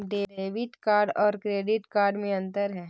Debit card और credit card में अन्तर है?